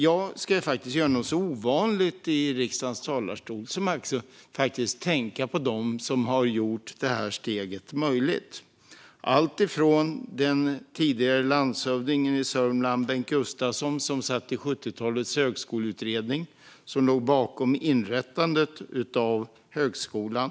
Jag ska göra något så ovanligt i riksdagens talarstol som att tänka på dem som har gjort detta steg möjligt. Det gäller den tidigare landshövdingen i Sörmland, Bengt Gustavsson, som satt i 70-talets högskoleutredning. Den låg bakom inrättandet av högskolan.